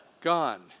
Gone